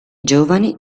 giovani